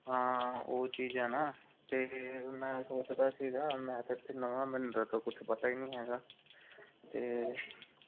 ਹਾਂ ਉਹ ਚੀਜ਼ ਹੈ ਨਾ ਅਤੇ ਮੈਂ ਸੋਚਦਾ ਸੀਗਾ ਮੈਂ ਤਾਂ ਇੱਥੇ ਨਵਾਂ ਮੈਨੂੰ ਤਾਂ ਕੁਛ ਪਤਾ ਹੀ ਨਹੀਂ ਹੈਗਾ ਅਤੇ